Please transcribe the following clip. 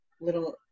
little